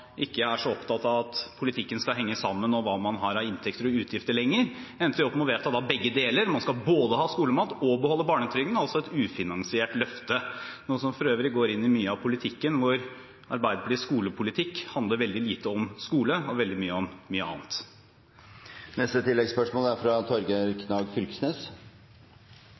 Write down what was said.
ikke er så opptatt av at politikken skal henge sammen, og hva man har av inntekter og utgifter lenger – opp med å vedta begge deler, man skal både ha skolemat og beholde barnetrygden, altså et ufinansiert løfte. Det går for øvrig inn i mye av Arbeiderpartiets skolepolitikk, hvor politikken handler veldig lite om skole, og veldig mye om mye annet.